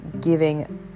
giving